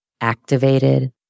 activated